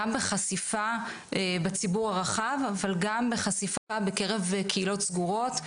גם בחשיפה בציבור הרחב אבל גם בחשיפה בקרב קהילות סגורות.